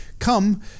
come